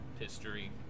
history